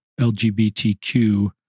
LGBTQ